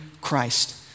Christ